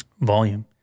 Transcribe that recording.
volume